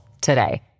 today